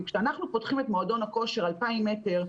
כשאנחנו פותחים את מועדון הכושר 2,000 מטר,